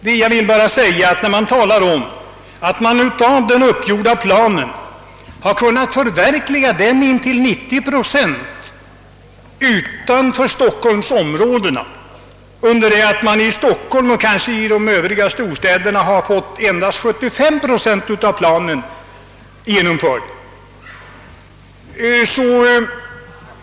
Det talas om att man kunnat förverkliga den uppgjorda planen till 90 procent utanför stockholmsområdet, under det att man i Stockholm och kanske i de övriga storstäderna fått endast 75 procent av planen genomförd.